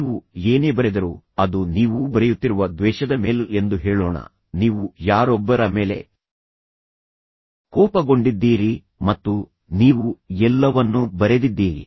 ನೀವು ಏನೇ ಬರೆದರೂ ಅದು ನೀವು ಬರೆಯುತ್ತಿರುವ ದ್ವೇಷದ ಮೇಲ್ ಎಂದು ಹೇಳೋಣ ನೀವು ಯಾರೊಬ್ಬರ ಮೇಲೆ ಕೋಪಗೊಂಡಿದ್ದೀರಿ ಮತ್ತು ನೀವು ಎಲ್ಲವನ್ನೂ ಬರೆದಿದ್ದೀರಿ